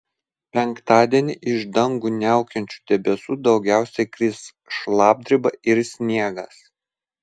penktadienį iš dangų niaukiančių debesų daugiausiai kris šlapdriba ir sniegas